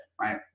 right